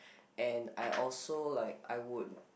and I also like I would